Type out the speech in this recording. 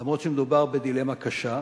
למרות שמדובר בדילמה קשה.